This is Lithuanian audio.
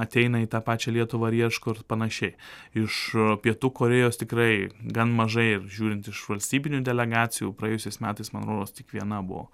ateina į tą pačią lietuvą ir ieško ir panašiai iš pietų korėjos tikrai gan mažai žiūrint iš valstybinių delegacijų praėjusiais metais man rodos tik viena buvo